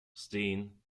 stein